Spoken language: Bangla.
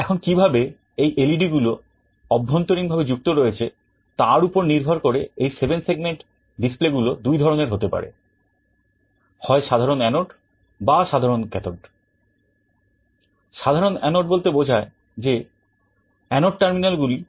এখন কিভাবে এই এলইডি